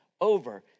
over